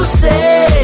say